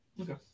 Okay